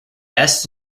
best